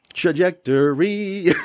trajectory